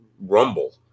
rumble